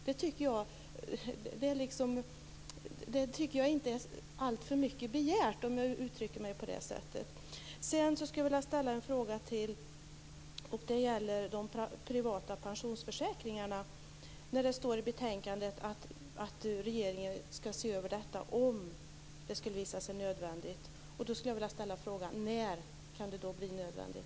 Det tycker jag inte är alltför mycket begärt. Jag skulle vilja ställa en fråga till. Det gäller de privata pensionsförsäkringarna. Det står i betänkandet att regeringen skall se över detta om det skulle visa sig nödvändigt. När kan det då bli nödvändigt?